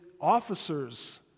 officers